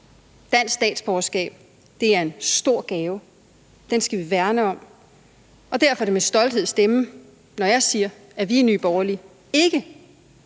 Dansk statsborgerskab er en stor gave. Det skal vi værne om, og derfor er det med stolthed i stemmen, at jeg siger, at vi i Nye Borgerlige ikke